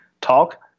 talk